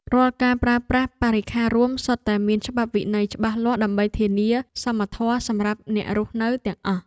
រាល់ការប្រើប្រាស់បរិក្ខាររួមសុទ្ធតែមានច្បាប់វិន័យច្បាស់លាស់ដើម្បីធានាសមធម៌សម្រាប់អ្នករស់នៅទាំងអស់។